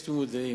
יש תמימות דעים.